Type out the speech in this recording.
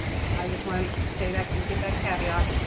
i just want to say that and give that caveat.